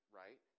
right